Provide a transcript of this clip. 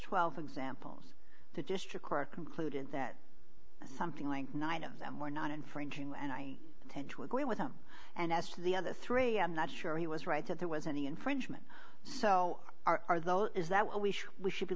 twelve examples the district court concluded that something like nine of them were not infringing and i tend to agree with them and as to the other three i'm not sure he was right that there was any infringement so our though is that we should